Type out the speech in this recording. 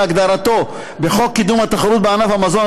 כהגדרתו בחוק קידום התחרות בענף המזון,